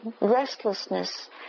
restlessness